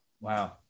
wow